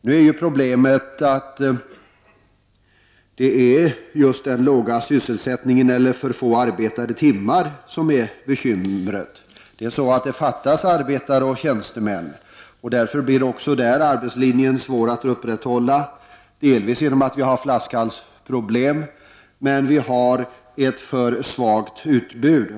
Nu är ju problemet att det är just den låga sysselsättningen eller för få arbetade timmar som är bekymret. Det fattas arbetare och tjänstemän, och därför blir arbetslinjen svår att upprätthålla även där, detta delvis på grund av att vi har flaskhalsproblem men också därför att vi har ett för svagt utbud.